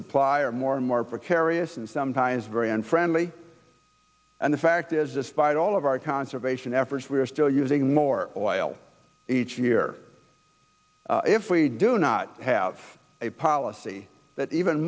supply are more and more precarious and sometimes very unfriendly and the fact is despite all of our conservation efforts we are still using more oil each year if we do not have a policy that even